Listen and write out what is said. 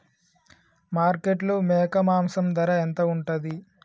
మార్కెట్లో మేక మాంసం ధర ఎంత ఉంటది?